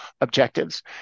objectives